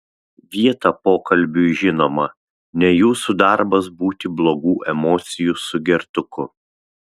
vietą pokalbiui žinoma ne jūsų darbas būti blogų emocijų sugertuku